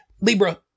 Libra